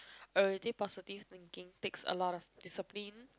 already positive thinking takes a lot of discipline